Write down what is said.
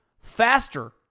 faster